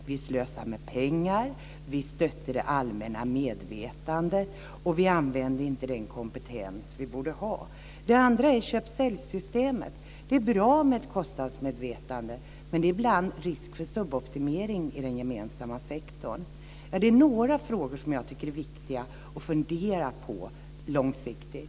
Vi slösade med pengar, vi stötte det allmänna medvetandet och vi använde inte den kompetens som vi borde ha använt. Det andra är köp-sälj-systemet. Det är bra med ett kostnadsmedvetande, men det är ibland risk för suboptimering i den gemensamma sektorn. Det är några av de frågor som jag tycker att det är viktigt att fundera på långsiktigt.